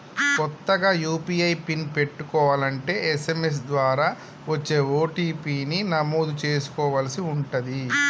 కొత్తగా UPI PIN పెట్టుకోలంటే SMS ద్వారా వచ్చే ఓ.టీ.పీ ని నమోదు చేసుకోవలసి ఉంటుంది